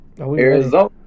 Arizona